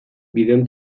bidean